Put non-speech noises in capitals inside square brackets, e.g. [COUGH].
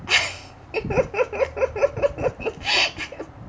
[LAUGHS]